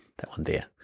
that one there,